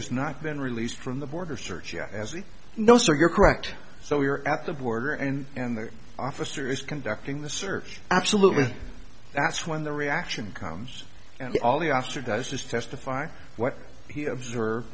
has not been released from the border search as you know so you're correct so we're at the border and the officer is conducting the search absolutely that's when the reaction comes and all the officer does is testify what he observe